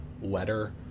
letter